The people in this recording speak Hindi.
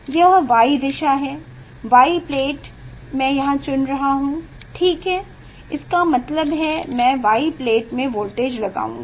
यह Y दिशा है Y प्लेट मैं यहाँ चुन रहा हूँ ठीक है इसका मतलब है मैं Y प्लेट में वोल्टेज लगाऊंगा